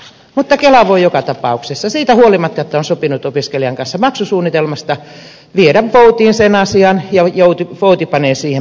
mutta kela voi joka tapauksessa siitä huolimatta että on sopinut opiskelijan kanssa maksusuunnitelmasta viedä voutiin sen asian ja vouti panee siihen palkkion